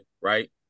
right